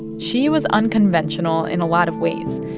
she was unconventional in a lot of ways.